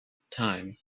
time